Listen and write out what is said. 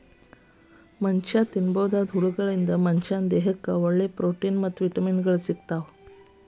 ಮನಷ್ಯಾ ತಿನ್ನಬೋದಾದ ಹುಳಗಳಿಂದ ಮನಶ್ಯಾನ ದೇಹಕ್ಕ ಒಳ್ಳೆ ಪ್ರೊಟೇನ್ ಮತ್ತ್ ವಿಟಮಿನ್ ಗಳು ಸಿಗ್ತಾವ